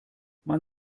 man